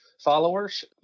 followers